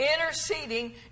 interceding